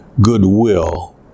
goodwill